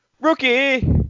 Rookie